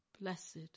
Blessed